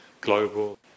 global